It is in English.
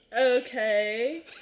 Okay